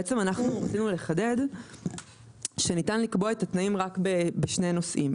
בעצם אנחנו רצינו לחדד שניתן לקבוע את התנאים רק בשני נושאים.